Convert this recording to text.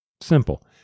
Simple